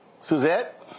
Suzette